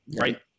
right